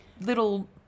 little